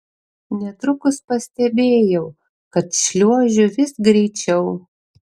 netrukus pastebėjau kad šliuožiu vis greičiau